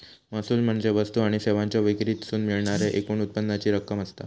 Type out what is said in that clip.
महसूल म्हणजे वस्तू आणि सेवांच्यो विक्रीतसून मिळणाऱ्या एकूण उत्पन्नाची रक्कम असता